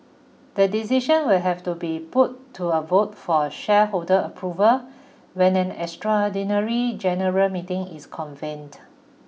the decision will have to be put to a vote for a shareholder approval when an extraordinary general meeting is convened